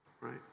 Right